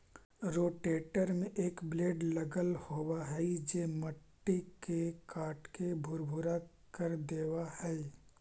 rotator में एक blade लगल होवऽ हई जे मट्टी के काटके भुरभुरा कर देवऽ हई